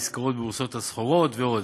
עסקאות בבורסות הסחורות ועוד.